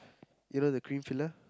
you know the cream filler